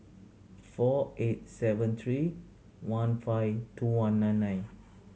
four eight seven three one five two one nine nine